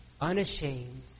unashamed